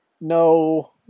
No